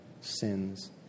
sins